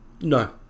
No